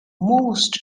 most